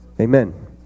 Amen